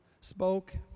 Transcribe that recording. spoke